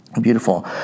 Beautiful